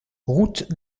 route